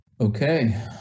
Okay